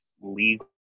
legal